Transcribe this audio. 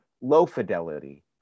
low-fidelity